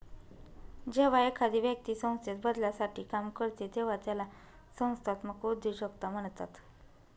जेव्हा एखादी व्यक्ती संस्थेत बदलासाठी काम करते तेव्हा त्याला संस्थात्मक उद्योजकता म्हणतात